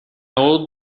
old